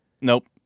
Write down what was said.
Nope